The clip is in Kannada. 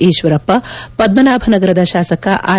ಈಶ್ವರಪ್ಪ ಪದ್ಧನಾಭನಗರದ ಶಾಸಕ ಆರ್